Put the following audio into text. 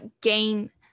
gain